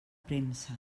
premsa